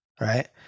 right